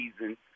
season